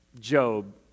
Job